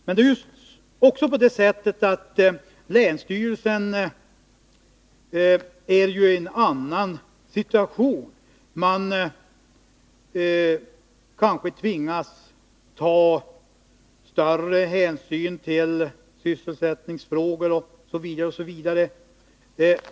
Men det är också på det sättet att länsstyrelsen är i en annan situation. Man kanske tvingas ta större hänsyn till sysselsättningsfrågor osv.